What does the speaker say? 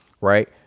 Right